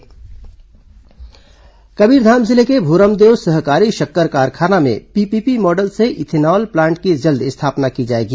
शक्कर कारखाना कबीरधाम जिले के भोरमदेव सहकारी शक्कर कारखाना में पीपीपी मॉडल से इथेनॉल प्लांट की जल्द स्थापना की जाएगी